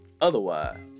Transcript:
otherwise